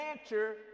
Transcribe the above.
answer